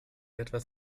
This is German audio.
etwas